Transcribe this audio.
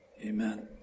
Amen